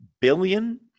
billion